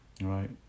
right